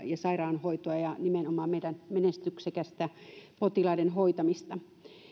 ja sairaanhoitoamme ja nimenomaan meidän menestyksekästä potilaiden hoitamista